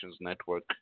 Network